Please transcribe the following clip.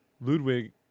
ludwig